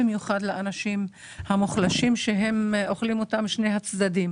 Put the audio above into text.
במיוחד לאנשים המוחלשים שאוכלים אותה משני הצדדים,